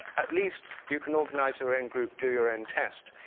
at least you can organize your end group, do your end test.